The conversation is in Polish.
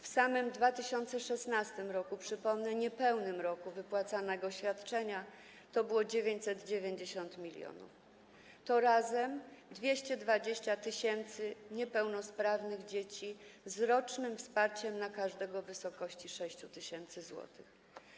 W samym 2016 r., przypomnę, niepełnym roku, wypłacone świadczenia to było 990 mln zł, razem to 220 tys. niepełnosprawnych dzieci z rocznym wsparciem na każde w wysokości 6 tys. zł.